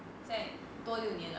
所以多六年 ah